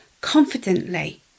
confidently